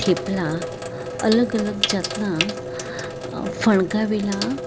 થેપલા અલગ અલગ જાતના ફણગાવેલા